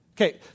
Okay